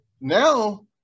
now